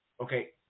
Okay